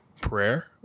prayer